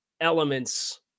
elements